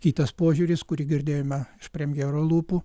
kitas požiūris kurį girdėjome iš premjero lūpų